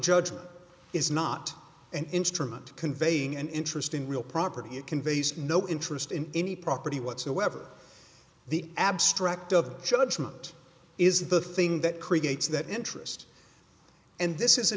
judgment is not an instrument conveying an interest in real property it conveys no interest in any property whatsoever the abstract of judgment is the thing that creates that interest and this is a